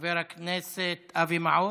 חבר הכנסת אבי מעוז.